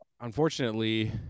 unfortunately